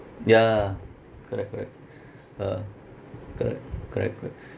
ya correct correct ah correct correct correct